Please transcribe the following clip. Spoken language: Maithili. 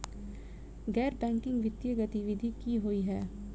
गैर बैंकिंग वित्तीय गतिविधि की होइ है?